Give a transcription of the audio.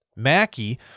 Mackie